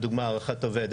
לדוגמה הערכת עובד,